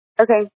okay